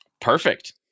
Perfect